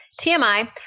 TMI